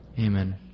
Amen